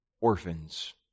orphans